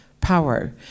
power